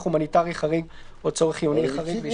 הומניטארי חריג או צורך חיוני חריג.